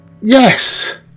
Yes